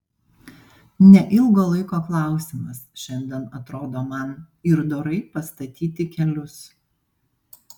neilgo laiko klausimas šiandien atrodo man ir dorai pastatyti kelius